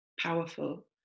powerful